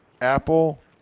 Apple